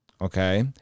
Okay